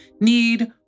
need